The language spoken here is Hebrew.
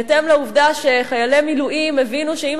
בהתאם לעובדה שלגבי חיילי מילואים הבינו שאם